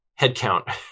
headcount